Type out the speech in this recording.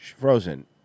Frozen